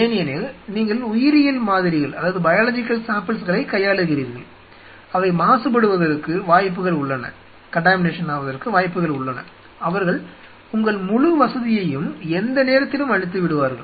ஏனெனில் நீங்கள் உயிரியல் மாதிரிகளை கையாளுகிறீர்கள் அவை மாசுபடுவதற்கு வாய்ப்புகள் உள்ளன அவர்கள் உங்கள் முழு வசதியையும் எந்த நேரத்திலும் அழித்துவிடுவார்கள்